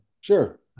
Sure